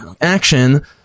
action